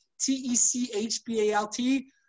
T-E-C-H-B-A-L-T